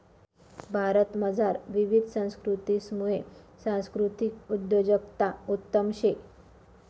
भारतमझार विविध संस्कृतीसमुये सांस्कृतिक उद्योजकता उत्तम शे